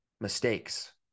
mistakes